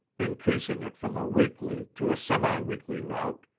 increasing it from a weekly to a semi-weekly route,